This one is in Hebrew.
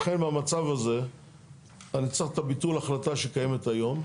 לכן במצב הזה אני צריך את ביטול ההחלטה שקיימת היום,